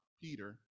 Peter